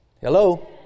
Hello